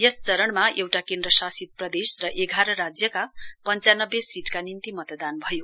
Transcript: यस चरणमा एउटा केन्द्रशासित प्रदेश र एघार राज्यका पञ्चानब्बे सीटका निम्ति मतदान भयो